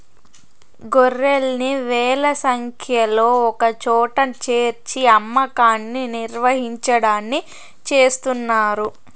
గొర్రెల్ని వేల సంఖ్యలో ఒకచోట చేర్చి అమ్మకాన్ని నిర్వహించడాన్ని చేస్తున్నారు